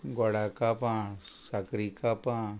गोडा कापां साकरी कापां